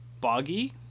Boggy